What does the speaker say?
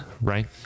right